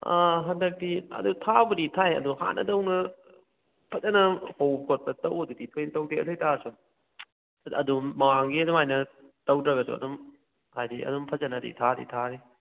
ꯍꯟꯗꯛꯇꯤ ꯑꯗꯨ ꯊꯥꯕꯨꯗꯤ ꯊꯥꯏ ꯑꯗꯣ ꯍꯥꯟꯅꯗꯧꯅ ꯐꯖꯅ ꯍꯧ ꯈꯣꯠꯄ ꯇꯧꯕꯗꯨꯗꯤ ꯊꯣꯏꯅ ꯇꯧꯗꯦ ꯑꯗꯨꯑꯣꯏꯇꯥꯁꯨ ꯑꯗꯨꯝ ꯃꯃꯥꯡꯒꯤ ꯑꯗꯨꯃꯥꯏꯅ ꯇꯧꯗ꯭ꯔꯒꯁꯨ ꯑꯗꯨꯝ ꯍꯥꯏꯗꯤ ꯑꯗꯨꯝ ꯐꯖꯅꯗꯤ ꯊꯥꯗꯤ ꯊꯥꯔꯤ